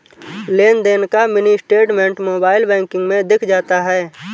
लेनदेन का mini statement mobile banking में दिख जाता है